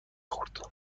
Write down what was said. خورد